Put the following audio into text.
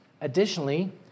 Additionally